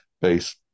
base